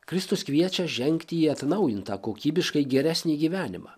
kristus kviečia žengti į atnaujintą kokybiškai geresnį gyvenimą